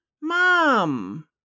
Mom